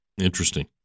Interesting